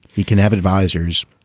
he can have advisers